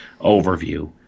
overview